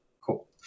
cool